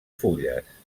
fulles